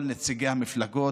כל נציגי המפלגות,